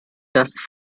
das